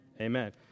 Amen